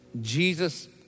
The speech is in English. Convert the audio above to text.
Jesus